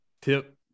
tip